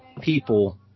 people –